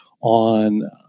on